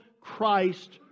Christ